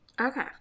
okay